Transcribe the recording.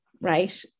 Right